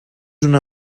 una